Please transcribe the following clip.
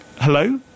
Hello